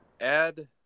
add